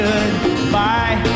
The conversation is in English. Goodbye